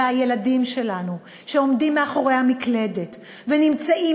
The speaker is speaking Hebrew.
והילדים שלנו שעומדים מאחורי המקלדת ונמצאים